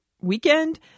weekend